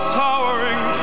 towering